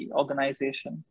organization